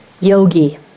yogi